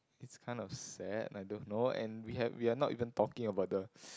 is kind of sad I don't know and we have we are not even talking about the